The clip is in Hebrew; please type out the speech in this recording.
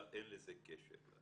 אבל אין לזה קשר.